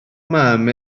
mam